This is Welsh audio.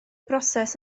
broses